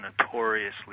notoriously